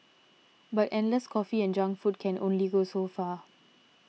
but endless coffee and junk food can only go so far